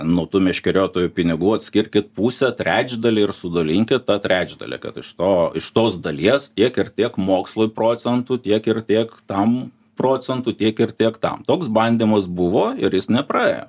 nuo tų meškeriotojų pinigų atskirkit pusę trečdalį ir sudalinkit tą trečdalį kad iš to iš tos dalies tiek ir tiek mokslui procentų tiek ir tiek tam procentų tiek ir tiek tam toks bandymas buvo ir jis nepraėjo